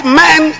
men